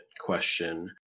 question